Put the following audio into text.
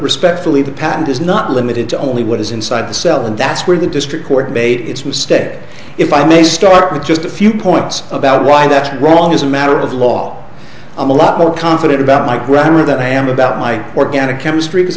respectfully the patent is not limited to only what is inside the cell and that's where the district court made its mistake if i may start with just a few points about why that's wrong as a matter of law i'm a lot more confident about my grammar that i am about my organic chemistry because